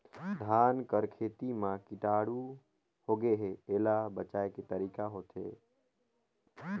धान कर खेती म कीटाणु होगे हे एला बचाय के तरीका होथे गए?